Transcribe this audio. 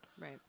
Right